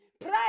Pray